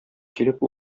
килеп